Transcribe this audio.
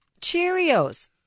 cheerios